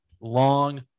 long